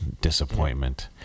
Disappointment